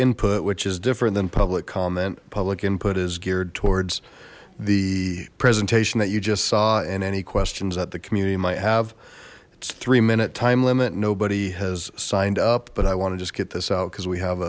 input which is different than public comment public input is geared towards the presentation that you just saw in any questions that the community might have it's three minute time limit nobody has signed up but i want to just get this out because we have